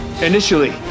Initially